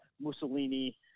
Mussolini